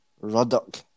Ruddock